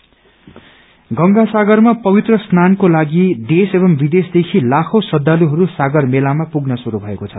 गंगा सागर गंगा सागरमा पवित्र स्नानको लागि देश एवं विदेशदेखि लाखौ श्रद्धालुइरू सागर मेलामा पुग्न श्रुरू भएको छ